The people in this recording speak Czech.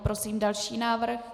Prosím další návrh.